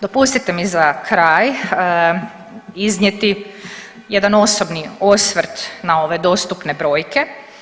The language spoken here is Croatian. Dopustite mi za kraj iznijeti jedan osobni osvrt na ove dostupne brojke.